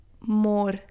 more